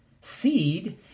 Seed